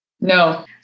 No